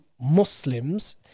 Muslims